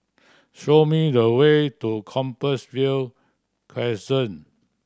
show me the way to Compassvale Crescent